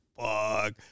fuck